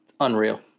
unreal